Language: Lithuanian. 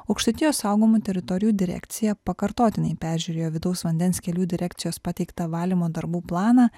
aukštaitijos saugomų teritorijų direkcija pakartotinai peržiūrėjo vidaus vandens kelių direkcijos pateiktą valymo darbų planą